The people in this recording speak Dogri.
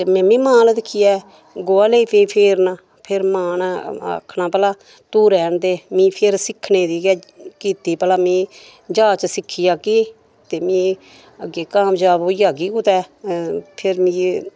ते में मी मां अल दिक्खिये गोहा लेई पेई फेरन फिर मां ने आखना भला तू रैह्न दे में फिर सिक्खने दी गै कीती भला में जांच सिक्खी जाह्गी ते में अग्गे कामजाब होई जाह्गी कुतै फिर मिगी